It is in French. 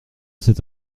cet